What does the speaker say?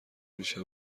میشه